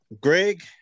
Greg